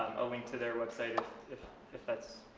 a link to their website if if that's